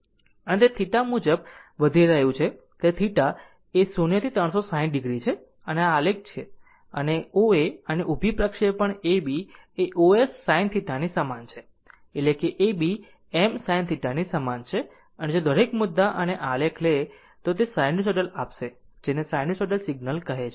અને તે θ મુજબ વધી રહ્યું છે θ એ 0 થી 360 o છે અને જો આ જેવા આલેખ અને O A અને ઊભી પ્રક્ષેપણ A B એ os sin θ સમાન છે એટલે કે A B એ msin θ સમાન છે અને જો દરેક મુદ્દા અને આલેખ લે છે તો તે સાઈનુસાઇડલ આપશે જેને સાઈનુસાઇડલ સિગ્નલ કહે છે